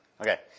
Okay